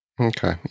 Okay